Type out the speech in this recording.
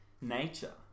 nature